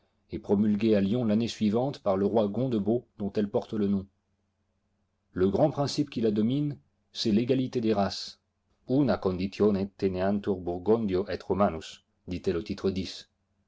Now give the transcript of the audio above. et promulguée à lyon l'année suivante par le roi gondebaud dont elle porte le nom le grand principe qui la domine c'est l'égalité des races unâ conditione teneantur burgundio et romanus dit-elle au titre x